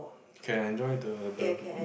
can enjoy the the